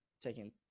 taking